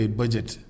budget